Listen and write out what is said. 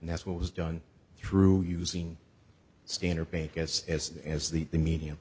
and that's what was done through using standard bank as as as the the medi